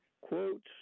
quotes